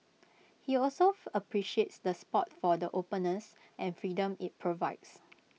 he also appreciates the spot for the openness and freedom IT provides